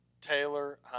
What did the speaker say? Taylor